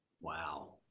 Wow